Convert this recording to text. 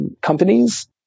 companies